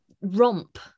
romp